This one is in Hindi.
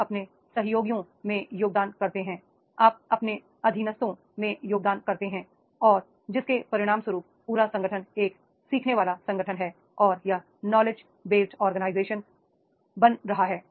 आप अपने सहयोगियों में योगदान करते हैं आप अपने अधीनस्थों में योगदान करते हैं और जिसके परिणामस्वरूप पूरा संगठन एक सीखने वाला संगठन है और यह नॉलेज बेस्ड ऑर्गेनाइजेशंस बन रहा है